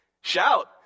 shout